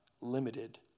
limited